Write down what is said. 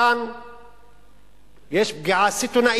כאן יש פגיעה סיטונית